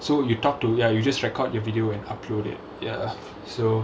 so you talk to ya you just record your video and upload it ya so